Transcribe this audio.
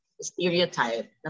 stereotype